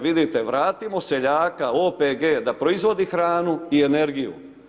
Vidite vratimo seljaka, OPG, da proizvodi hranu i energiju.